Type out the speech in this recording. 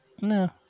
No